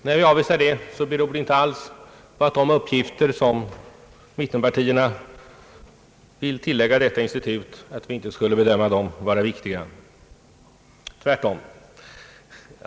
När vi avvisar förslaget beror det inte på att vi inte anser de uppgifter som mittenpartierna vill tillägga detta institut vara viktiga. Tvärtom.